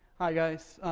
hi, guys,